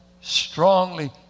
strongly